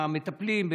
המטפלים,